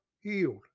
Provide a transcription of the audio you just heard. healed